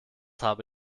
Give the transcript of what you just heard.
habe